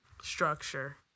structure